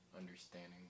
understanding